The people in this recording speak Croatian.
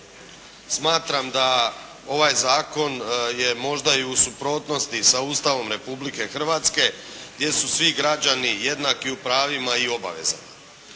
smatram da ovaj zakon je možda i u suprotnosti sa Ustavom Republike Hrvatske gdje su svi građani jednaki u pravima i obavezama.